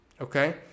okay